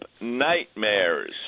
nightmares